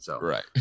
Right